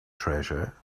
treasure